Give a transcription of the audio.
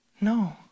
No